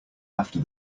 after